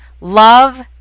love